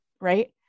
right